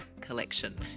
collection